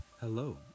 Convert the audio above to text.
hello